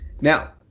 Now